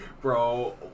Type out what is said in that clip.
Bro